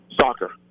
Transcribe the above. Soccer